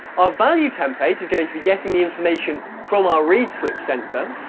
our value template is going to be getting the information from our reed switch sensor.